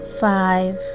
five